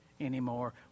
anymore